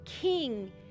king